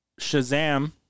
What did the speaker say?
Shazam